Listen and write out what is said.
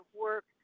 work